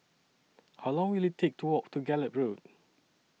How Long Will IT Take to Walk to Gallop Road